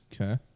Okay